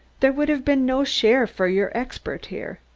there would have been no share for your expert here.